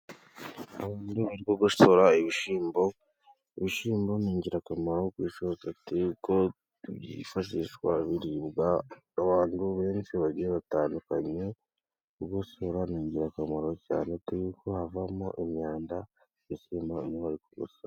Uburyo bwo kugosora ibishyimbo, ibishyimbo ni ingirakamaro kuko bitekwa mu gihe byifashishwa biribwa n'abantu benshi bagiye batandukanye. Kugosura ni ingirakamaro cyane kuko havamo imyanda ibishyimbo bamwe bari kugosora.